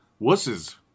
wusses